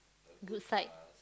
good side